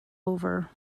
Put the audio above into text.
over